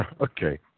Okay